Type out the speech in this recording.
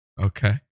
Okay